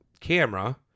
camera